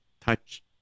touch